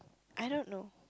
I don't know